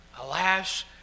alas